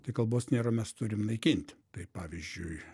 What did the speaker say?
tai kalbos nėra mes turim naikint taip pavyzdžiui